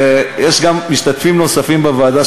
ויש גם משתתפים נוספים בוועדה,